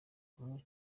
kumwe